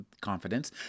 confidence